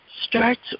starts